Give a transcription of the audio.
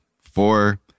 four